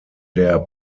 der